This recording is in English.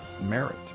merit